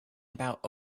about